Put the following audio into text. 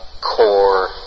core